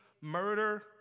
murder